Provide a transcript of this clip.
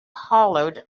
hollered